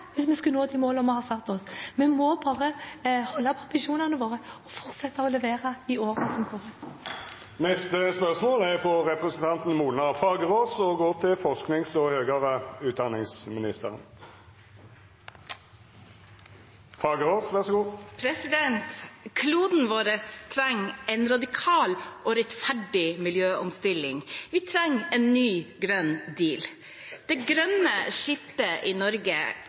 hvis vi skal nå de målene vi har satt oss. Vi må holde på visjonene våre og fortsette å levere i årene som kommer. «Kloden vår trenger en radikal miljøomstilling, vi trenger en «grønn, ny deal». Det grønne skiftet i Norge fordrer tidenes største omstilling av kompetanse. Fremtidens kompetanse må handle om hvordan vi